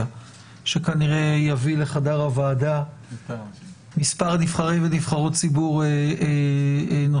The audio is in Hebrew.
שכנראה יביא לחדר הוועדה מספר נבחרי ונבחרות ציבור נוספים.